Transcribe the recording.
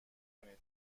کنید